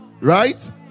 Right